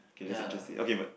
okay that's it just say okay but